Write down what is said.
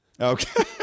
Okay